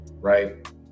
Right